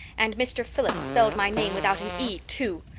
and mr. phillips spelled my name without an e, too.